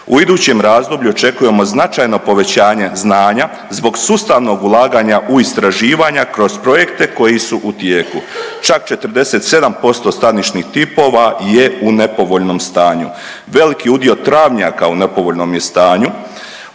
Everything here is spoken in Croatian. U idućem razdoblju očekujemo značajno povećanje znanja zbog sustavnog ulaganja u istraživanja kroz projekte koji su u tijeku. Čak 47% stanišnih tipova je u nepovoljnom stanju. Veliki udio travnjaka u nepovoljnom je stanju